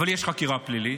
אבל יש חקירה פלילית.